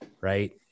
Right